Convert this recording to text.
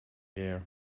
air